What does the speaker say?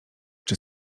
czy